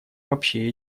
вообще